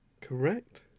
Correct